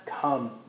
come